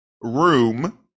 room